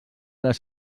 les